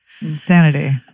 Insanity